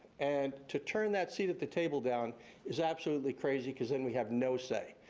and to turn that seat at the table down is absolutely crazy because then we have no say.